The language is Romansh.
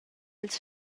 ils